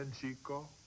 Chico